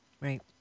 Right